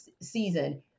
season